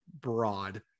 broad